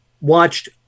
watched